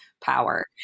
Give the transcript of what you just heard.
power